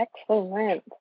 Excellent